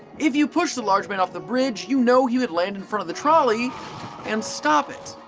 if you pushed the large man off the bridge, you know he would land in front of the trolley and stop it.